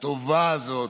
הטובה הזאת